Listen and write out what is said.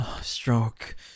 stroke